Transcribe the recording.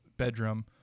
bedroom